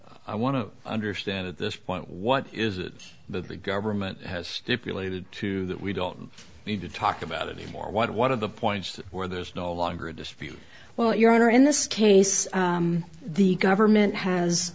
i want to understand at this point what is it but the government has it related to that we don't need to talk about it or what one of the points where there's no longer a dispute well your honor in this case the government has